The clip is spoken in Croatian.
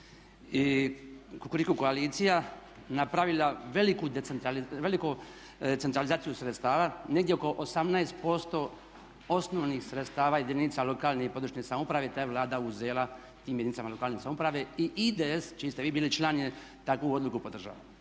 i Kukuriku koalicija napravila veliku centralizaciju sredstava negdje oko 18% osnovnih sredstava jedinica lokalne i područne samouprave ta je Vlada uzela tim jedinicama lokalne samouprave i IDS čiji ste vi bili član je takvu odluku podržao.